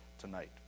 tonight